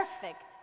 perfect